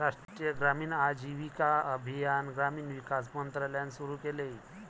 राष्ट्रीय ग्रामीण आजीविका अभियान ग्रामीण विकास मंत्रालयाने सुरू केले